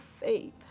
faith